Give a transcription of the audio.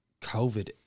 COVID